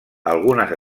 algunes